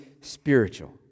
spiritual